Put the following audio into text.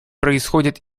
происходят